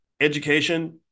Education